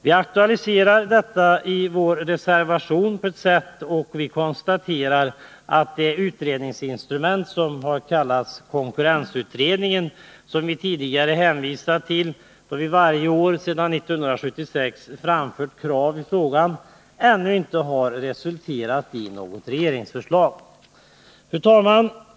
Vi aktualiserar detta i vår reservation och konstaterar att det utredningsinstrument som har kallats konkurrensutredningen och som vi tidigare hänvisat till, då vi varje år sedan 1976 har framfört krav i frågan, ännu inte har resulterat i något regeringsförslag. Fru talman!